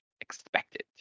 expected